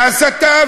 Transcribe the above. מההסתה,